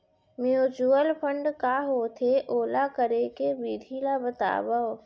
mutual fund का होथे, ओला करे के विधि ला बतावव